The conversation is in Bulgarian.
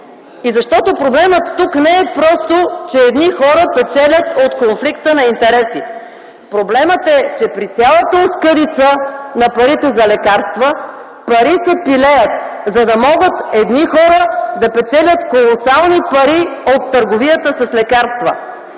И защото проблемът тук не е просто, че едни хора печелят от конфликта на интереси. Проблемът е, че при цялата оскъдица на парите за лекарства, пари се пилеят, за да могат едни хора да печелят колосални пари от търговията с лекарства.